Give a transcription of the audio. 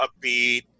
upbeat